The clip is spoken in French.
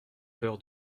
peur